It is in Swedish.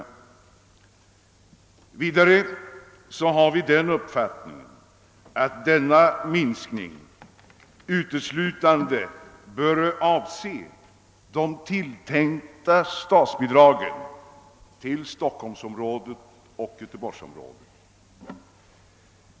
Vidare har vi den uppfattningen, att denna minskning uteslutande bör avse de tilltänkta statsbidragen till Stockholmsområdet och Göteborgsområdet.